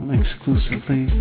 exclusively